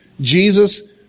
Jesus